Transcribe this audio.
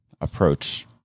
approach